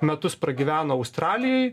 metus pragyveno australijoj